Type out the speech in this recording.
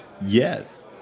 Yes